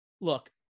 look